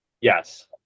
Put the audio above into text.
Yes